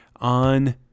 on